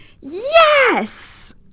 yes